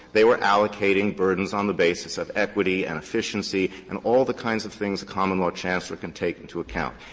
they were allocating burdens on the basis of equity and efficiency and all the kinds of things a common law chancellor can take into account.